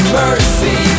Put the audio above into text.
mercy